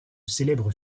célèbre